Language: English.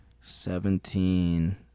seventeen